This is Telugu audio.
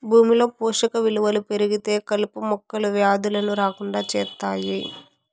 భూమిలో పోషక విలువలు పెరిగితే కలుపు మొక్కలు, వ్యాధులను రాకుండా చేత్తాయి